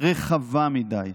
רחבה מדי.